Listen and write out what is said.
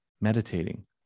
meditating